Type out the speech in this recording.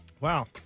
Wow